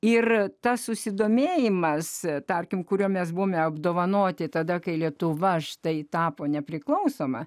ir tas susidomėjimas tarkim kurio mes buvome apdovanoti tada kai lietuva štai tapo nepriklausoma